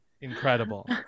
Incredible